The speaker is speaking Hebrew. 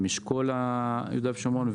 עם אשכול יהודה ושומרון,